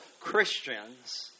Christians